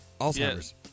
Alzheimer's